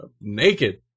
Naked